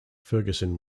ferguson